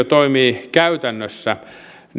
toimii käytännössä